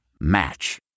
Match